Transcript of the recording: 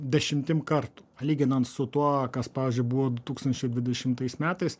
dešimtim kartų lyginant su tuo kas pavyzdžiui buvo du tūkstančiai dvidešimtais metais